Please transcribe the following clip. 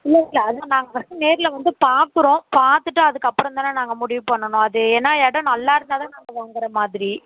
இல்லை இல்லை அதான் நாங்கள் வந்து நேரில் வந்து பார்க்குறோம் பார்த்துட்டு அதற்கப்பறம் தானே நாங்கள் முடிவு பண்ணணும் அது என்ன இடம் நல்லா இருந்தாதானே நாங்கள் வாங்குற மாதிரி